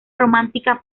romántica